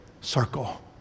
circle